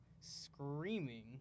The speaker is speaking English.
screaming